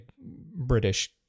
British